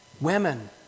women